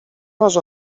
masz